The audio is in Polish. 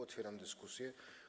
Otwieram dyskusję.